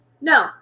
no